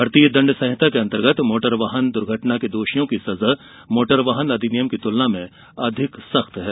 भारतीय दंड संहिता के अंतर्गत मोटर वाहन दुर्घटना के दोषियों की सजा मोटर वाहन अधिनियम की तुलना में अधिक सख्त है